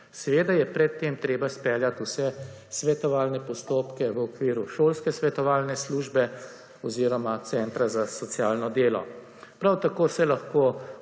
Seveda je pred tem treba speljati vse svetovalne postopke v okviru šolske svetovalne službe oziroma Centra za socialno delo. Prav tako se lahko